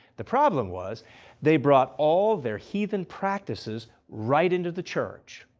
the problem was they brought all their heathen practices right into the church.